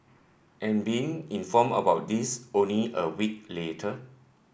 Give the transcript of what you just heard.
and being informed about this only a week later